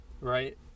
right